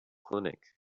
clinic